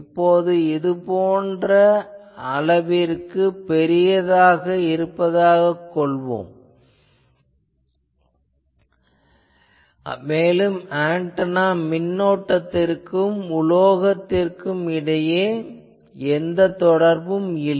இப்போது இது போதுமான அளவிற்கு பெரியதாக இருப்பதாகக் கொள்வோம் மேலும் ஆன்டெனா மின்னோட்டத்திற்கும் உலோகத்திற்கும் இடையே எந்தவித தொடர்பும் இல்லை